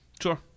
Sure